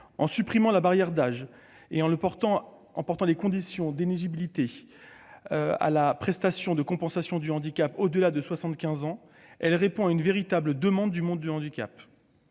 En supprimant la barrière d'âge pour étendre l'éligibilité à la prestation de compensation du handicap au-delà de 75 ans, il répond à une véritable demande du monde du handicap.